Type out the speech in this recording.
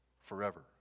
forever